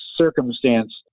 circumstance